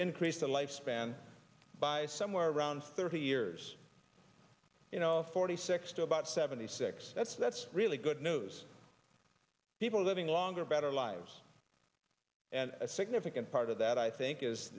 increased the lifespan by somewhere around thirty years forty six to about seventy six that's that's really good news people are living longer better lives and a significant part of that i think is